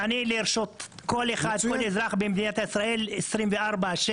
אני לרשות כל אזרח במדינת ישראל 24/7,